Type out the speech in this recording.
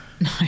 No